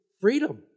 freedom